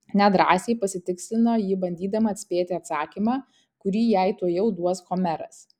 nedrąsiai pasitikslino ji bandydama atspėti atsakymą kurį jai tuojau duos homeras